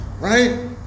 Right